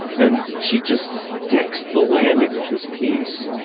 and she just sticks the landing of this piece,